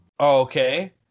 Okay